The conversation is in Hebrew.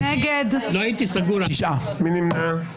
מי נמנע?